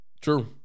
True